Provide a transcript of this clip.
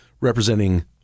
representing